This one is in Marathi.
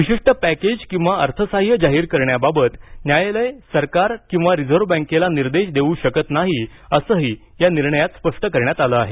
विशिष्ट पॅकेज किंवा अर्थसाह्य जाहीर करण्याबाबत न्यायालय सरकार किंवा रिझर्व्ह बँकेला निर्देश देऊ शकत नाही असंही या निर्णयात स्पष्ट करण्यात आलं आहे